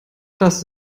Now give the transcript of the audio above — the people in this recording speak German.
das